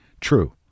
True